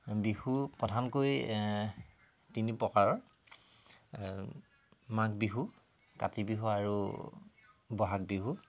বিহু প্ৰধানকৈ তিনি প্ৰকাৰৰ মাঘ বিহু কাতি বিহু আৰু বহাগ বিহু